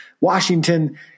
Washington